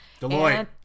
Deloitte